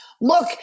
look